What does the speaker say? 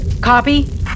Copy